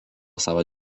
savo